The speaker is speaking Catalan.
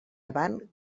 avant